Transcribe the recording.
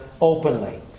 openly